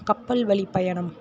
கப்பல் வழிப்பயணம்